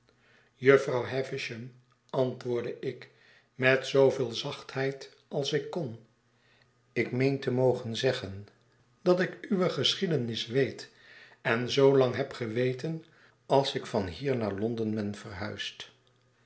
jufvrouw havisham antwoordde ik met zooveel zachtheid als ik kon ik meen te mogen zeggen dat ik uwe geschiedenis weet en zoo lang heb geweten als ik van hier naar lond e n ben verhuisd